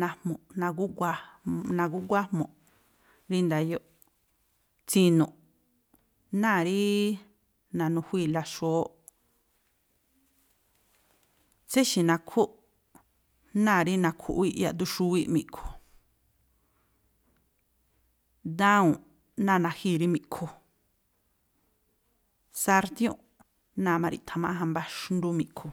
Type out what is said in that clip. najmu̱ꞌ nagúguájmu̱ꞌ rí ndayóꞌ, tsi̱nu̱ꞌ náa̱ rí na̱nu̱juíi̱la xúwóꞌ, tséxi̱ nakhúꞌ náa̱ rí na̱khu̱ꞌwíꞌ yaꞌduxúwíꞌ mi̱ꞌkhu, dawu̱nꞌ náa̱ na̱jíi̱ rí mi̱ꞌkhu, sartiúnꞌ náa̱ ma̱riꞌtha̱máꞌja̱n mbá xndú mi̱ꞌkhu.